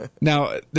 Now